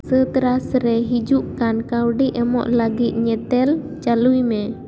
ᱥᱟᱹᱛᱨᱟᱥ ᱨᱮ ᱦᱤᱡᱩᱜ ᱠᱟᱱ ᱠᱟᱹᱣᱰᱤ ᱮᱢᱚᱜ ᱞᱟᱹᱜᱤᱫ ᱧᱮᱛᱮᱞ ᱪᱟᱹᱞᱩᱭ ᱢᱮ